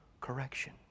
correction